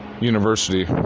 university